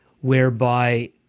whereby